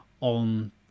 on